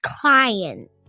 clients